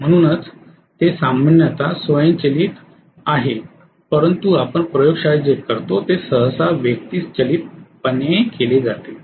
म्हणूनच ते सामान्यतः स्वयंचलित आहे परंतु आपण प्रयोगशाळेत जे करतो ते सहसा व्यक्तिचलितपणे केले जाते